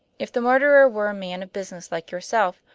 if the murderer were a man of business like yourself,